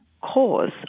cause